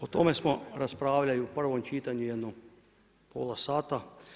O tome smo raspravljali u prvom čitanju, jedno pola sata.